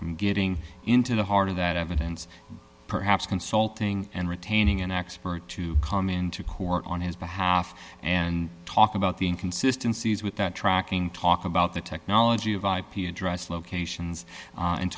from getting into the heart of that evidence perhaps consulting and retaining an expert to come into court on his behalf and talk about the inconsistency is with that tracking talk about the technology of ip address locations and